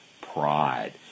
pride